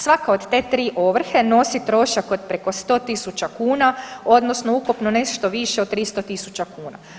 Svaka od te 3 ovrhe nosi trošak od preko 100.000 kuna odnosno ukupno nešto više od 300.000 kuna.